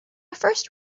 first